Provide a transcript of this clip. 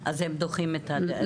אז הם דוחים את ההחלטה.